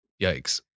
Yikes